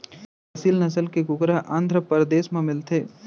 एसील नसल के कुकरा ह आंध्रपरदेस म मिलथे